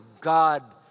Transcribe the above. God